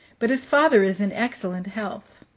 but his father is in excellent health.